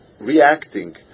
reacting